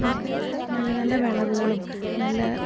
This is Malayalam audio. നമുക്ക് നല്ല നല്ല വിളവുകളും നല്ല